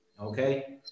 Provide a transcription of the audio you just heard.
Okay